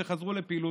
שחזרו לפעילות,